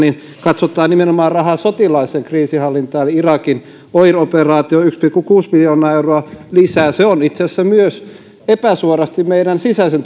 katsotaan nimenomaan rahaa sotilaalliseen kriisinhallintaan irakin oir operaatioon yksi pilkku kuusi miljoonaa euroa lisää se on itse asiassa epäsuorasti myös meidän sisäisen